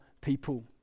people